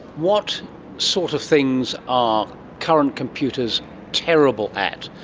what sort of things are current computers terrible at?